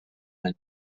any